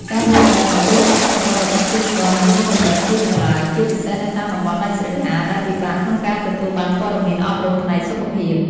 ការយល់ដឹងអំពីផលប៉ះពាល់របស់ជាតិស្ករនៅមានកម្រិតទាបនៅឡើយ ជាពិសេសនៅតាមតំបន់ដាច់ស្រយាលដែលពិបាកក្នុងការទទួលបានព័ត៌មានអប់រំផ្នែកសុខភាព។